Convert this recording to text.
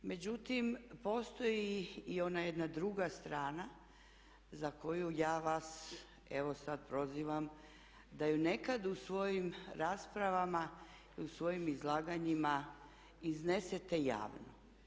Međutim, postoji i ona jedna druga strana za koju ja vas evo sad prozivam da ju nekad u svojim raspravama i u svojim izlaganjima iznesete javno.